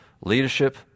leadership